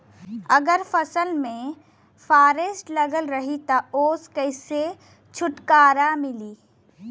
अगर फसल में फारेस्ट लगल रही त ओस कइसे छूटकारा मिली?